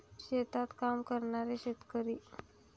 शेतात काम करणारे शेतकरी